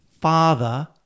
father